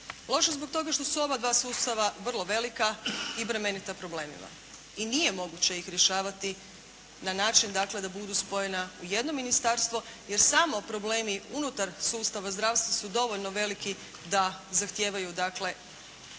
Loše zbog toga što su ova dva sustava vrlo velika i bremenita problemima i nije moguće ih rješavati na način dakle da budu spojena u jedno ministarstvo, jer samo problemi unutar sustava zdravstva su dovoljno veliki da zahtijevaju dakle